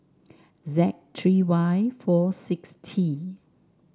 Z three Y four six T